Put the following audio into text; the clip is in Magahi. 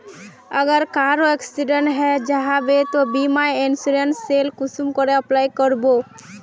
अगर कहारो एक्सीडेंट है जाहा बे तो बीमा इंश्योरेंस सेल कुंसम करे अप्लाई कर बो?